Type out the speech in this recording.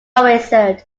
wizard